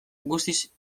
guztiz